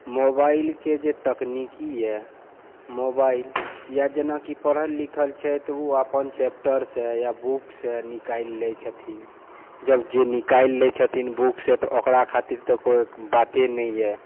मोबाइलके जे तकनिकी यऽ मोबाइल या जेनाकि पढ़ल लिखल छथि तऽ ओ अपन चेप्टरसँ या बुकसँ निकालि लै छथिन जब जे निकालि लै छथिन बुकसँ तऽ ओकरा खातिर तऽ कोई बाते नहि यऽ